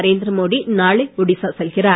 நரேந்திர மோடி நாளை ஒடிஸா செல்கிறார்